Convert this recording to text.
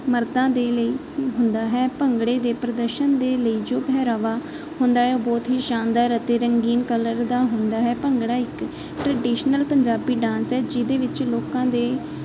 ਮਰਦਾਂ ਦੇ ਲਈ ਹੁੰਦਾ ਹੈ ਭੰਗੜੇ ਦੇ ਪ੍ਰਦਰਸ਼ਨ ਦੇ ਲਈ ਜੋ ਪਹਿਰਾਵਾ ਹੁੰਦਾ ਹੈ ਉਹ ਬਹੁਤ ਹੀ ਸ਼ਾਨਦਾਰ ਅਤੇ ਰੰਗੀਨ ਕਲਰ ਦਾ ਹੁੰਦਾ ਹੈ ਭੰਗੜਾ ਇੱਕ ਟ੍ਰਡੀਸ਼ਨਲ ਪੰਜਾਬੀ ਡਾਂਸ ਹੈ ਜਿਹਦੇ ਵਿੱਚ ਲੋਕਾਂ ਦੇ